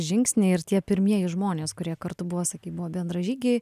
žingsniai ir tie pirmieji žmonės kurie kartu buvo sakei buvo bendražygiai